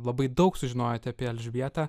labai daug sužinojote apie elžbietą